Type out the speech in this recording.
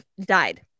died